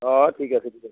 অঁ ঠিক আছে ঠিক আছে